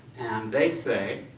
they say,